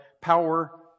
power